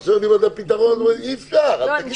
ועכשיו אומרים שזה הפתרון ואת אומרת: אי-אפשר.